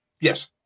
yes